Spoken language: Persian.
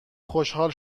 خوشحال